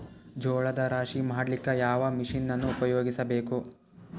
ಜೋಳದ ರಾಶಿ ಮಾಡ್ಲಿಕ್ಕ ಯಾವ ಮಷೀನನ್ನು ಉಪಯೋಗಿಸಬೇಕು?